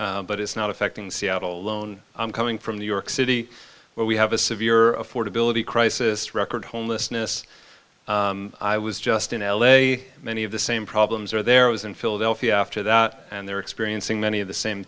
seattle but it's not affecting seattle alone i'm coming from new york city where we have a severe affordability crisis record homelessness i was just in l a many of the same problems are there was in philadelphia after that and they're experiencing many of the same